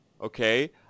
okay